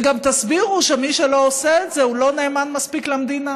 וגם תסבירו שמי שלא עושה את זה הוא לא נאמן מספיק למדינה.